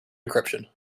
decryption